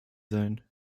sein